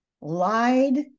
lied